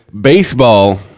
Baseball